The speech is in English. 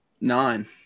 nine